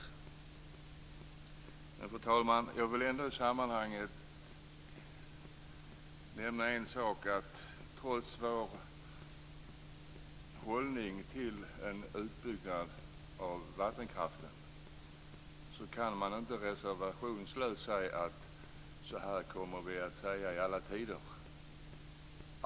Fru talman! Jag vill ändå nämna en sak. Trots vår hållning till en utbyggnad av vattenkraften kan man inte reservationslöst säga att detta gäller för alla tider.